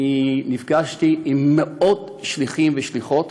נפגשתי עם מאות שליחים ושליחות.